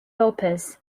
lopez